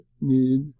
need